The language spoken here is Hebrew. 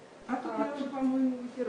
ומחר בבוקר לא כל אחד יצטרך